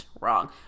Wrong